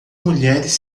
mulheres